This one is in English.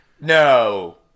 No